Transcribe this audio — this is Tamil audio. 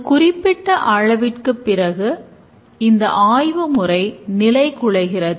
ஒரு குறிப்பிட்ட அளவிற்கு பிறகு இந்த ஆய்வு முறை நிலை குலைகிறது